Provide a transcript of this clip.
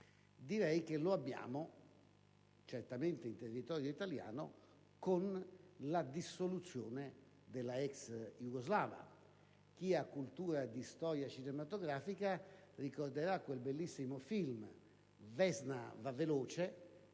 schiavismo le abbiamo certamente, almeno in territorio italiano, con la dissoluzione della ex Jugoslavia. Chi ha cultura cinematografica ricorderà il bellissimo film "Vesna va veloce"